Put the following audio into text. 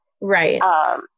Right